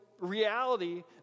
reality